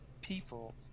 people